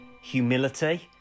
Humility